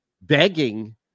begging